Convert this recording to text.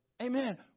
Amen